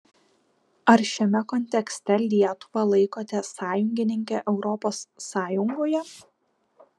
ar šiame kontekste lietuvą laikote sąjungininke europos sąjungoje